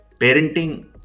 parenting